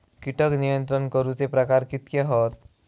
कीटक नियंत्रण करूचे प्रकार कितके हत?